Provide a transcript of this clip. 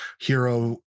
hero